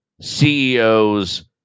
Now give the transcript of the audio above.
CEOs